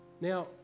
Now